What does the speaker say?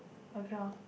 okay lor